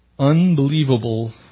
unbelievable